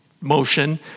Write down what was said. motion